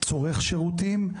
צורך שירותים,